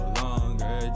longer